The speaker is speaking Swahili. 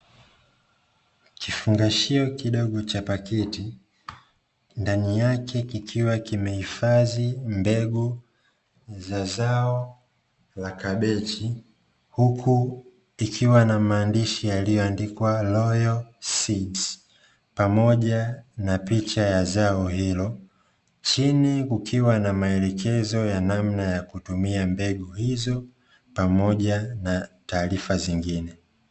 kifungashio kidogo cha paketi ndani yake, kikiwa kimehifadhi mbegu za zao la kabechi, huku likiwa na maandishi yaliyo andikwa "royal seeds" pamoja na picha ya zao hilo chini kukiwa na maelekezo ya namna ya kutumia mbegu hizo pamoja na taarifa zingine.